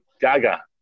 Gaga